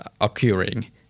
occurring